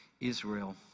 Israel